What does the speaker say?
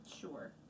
Sure